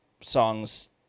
songs